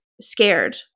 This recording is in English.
scared